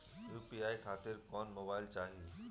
UPI खातिर कौन mobile चाहीं?